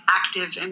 active